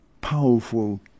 powerful